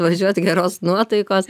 važiuot geros nuotaikos